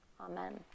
Amen